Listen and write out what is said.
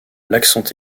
l’accent